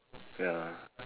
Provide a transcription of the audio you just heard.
ya